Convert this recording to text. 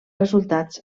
resultats